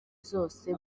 zose